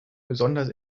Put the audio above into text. besonders